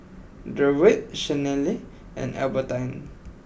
Durward Chanelle and Albertine